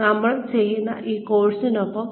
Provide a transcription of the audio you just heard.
ഇപ്പോൾ നമ്മൾ ചെയ്യുന്ന ഈ കോഴ്സിനൊപ്പം